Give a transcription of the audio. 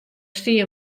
stie